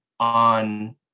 on